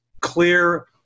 clear